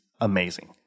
amazing